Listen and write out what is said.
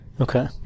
Okay